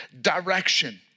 direction